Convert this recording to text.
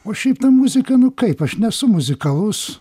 o šiaip ta muzika nu kaip aš nesu muzikalus